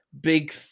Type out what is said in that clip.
big